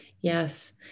Yes